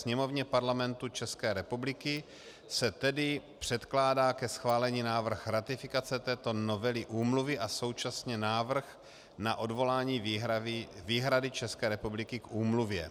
Poslanecké sněmovně Parlamentu České republiky se tedy předkládá ke schválení návrh ratifikace této novely úmluvy a současně návrh na odvolání výhrady České republiky k úmluvě.